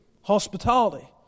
Hospitality